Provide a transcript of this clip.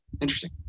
interesting